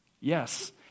Yes